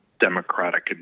democratic